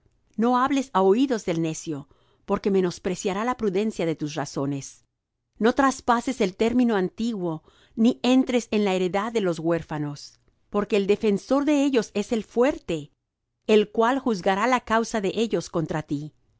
no hables á oídos del necio porque menospreciará la prudencia de tus razones no traspases el término antiguo ni entres en la heredad de los huérfanos porque el defensor de ellos es el fuerte el cual juzgará la causa de ellos contra ti